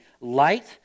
light